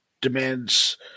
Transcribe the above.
demands